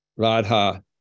Radha